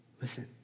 listen